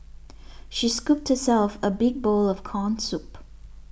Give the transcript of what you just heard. she scooped herself a big bowl of Corn Soup